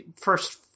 first